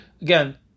again